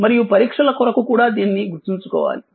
మరియు పరీక్షల కొరకు కూడా దానిని గుర్తుంచుకోవాలి